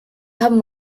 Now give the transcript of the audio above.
haben